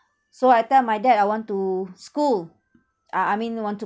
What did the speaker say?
so I tell my dad I want to school uh I mean want to